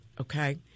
Okay